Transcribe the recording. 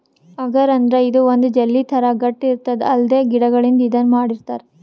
ಅಗರ್ ಅಂದ್ರ ಇದು ಒಂದ್ ಜೆಲ್ಲಿ ಥರಾ ಗಟ್ಟ್ ಇರ್ತದ್ ಅಲ್ಗೆ ಗಿಡಗಳಿಂದ್ ಇದನ್ನ್ ಮಾಡಿರ್ತರ್